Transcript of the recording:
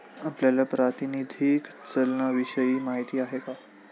आपल्याला प्रातिनिधिक चलनाविषयी माहिती आहे का?